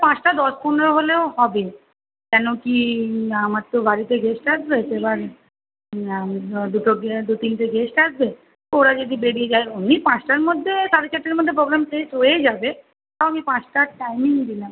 ওই পাঁচটা দশ পনেরো হলেও হবে কেন কী আমার তো বাড়িতে গেস্ট আসবে এবার দুটো দিয়ে দু তিনটে গেস্ট আসবে ওরা যদি বেরিয়ে যায় এমনি পাঁচটার মধ্যে সাড়ে চারটের মধ্যে প্রোগ্রাম শেষ হয়ে যাবে তাও আমি পাঁচটার টাইমিং দিলাম